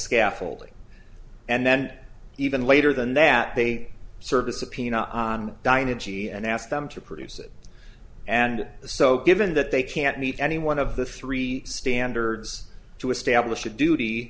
scaffolding and then even later than that they serve a subpoena on dinah g and ask them to produce it and so given that they can't meet any one of the three standards to establish a duty